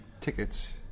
tickets